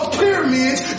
pyramids